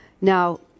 Now